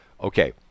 okay